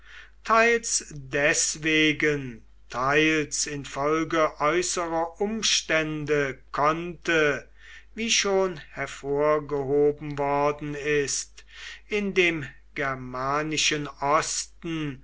teils deswegen teils infolge äußerer umstände konnte wie schon hervorgehoben worden ist in dem germanischen osten